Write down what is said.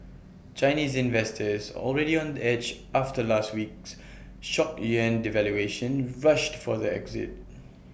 Chinese investors already on edge after last week's shock yuan devaluation rushed for the exit